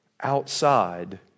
Outside